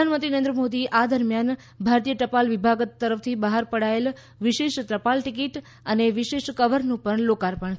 પ્રધાનમંત્રી નરેન્દ્ર મોદી આ દરમિયાન ભારતીય ટપાલ વિભાગ તરફથી બહાર પડાયેલ વિશેષ ટપાલ ટીકીટ અને વિશેષ કવરનું પણ લોકાર્પણ કરશે